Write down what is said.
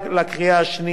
הממשלה.